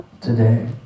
today